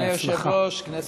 בהצלחה.